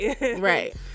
right